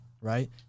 Right